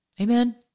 Amen